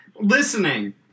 Listening